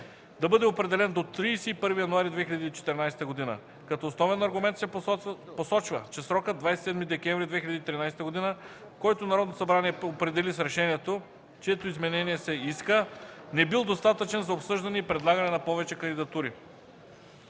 да бъде определен до 31 януари 2014 г. Като основен аргумент се посочва, че срокът 27 декември 2013 г., който Народното събрание определи с решението, чието изменение се иска, не бил достатъчен за обсъждане и предлагане на повече кандидатури.